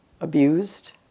abused